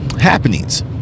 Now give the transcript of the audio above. happenings